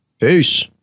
peace